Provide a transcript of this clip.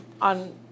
on